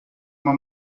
uma